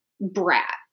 brat